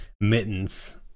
mittens